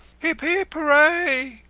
hip, hip, hooray!